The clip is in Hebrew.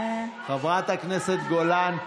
חברת הכנסת גולן.